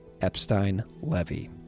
Epstein-Levy